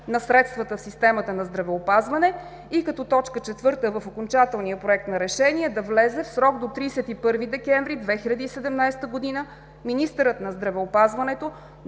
на средствата в системата на здравеопазване“. Като точка четвърта в окончателния Проект на решение: „Да влезе в срок до 31 декември 2017 г. Министърът на здравеопазването